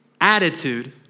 attitude